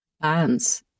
bands